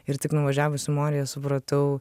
ir tik nuvažiavus į morija supratau